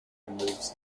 removes